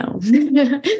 No